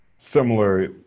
similar